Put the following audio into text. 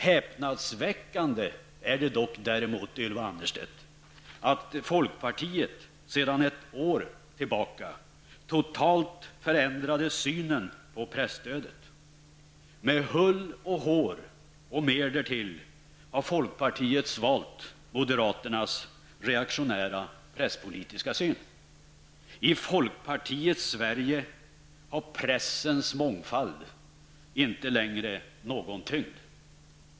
Häpnadsväckande, Ylva Annerstedt, är däremot folkpartiets, sedan ett år tillbaka, totalt förändrade synen på presstödet. Med hull och hår och mer därtill har folkpartiet svalt moderaternas reaktionära presspolitiska syn. I folkpartiets Sverige har pressens mångfald inte längre någon tyngd.